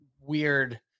weird